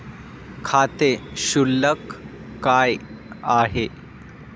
खाते शुल्क काय आहे?